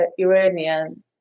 Iranian